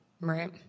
Right